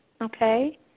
okay